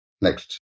Next